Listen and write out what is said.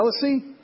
jealousy